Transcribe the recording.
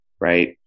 right